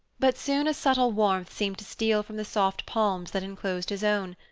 but soon a subtle warmth seemed to steal from the soft palms that enclosed his own,